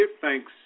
thanks